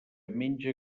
menja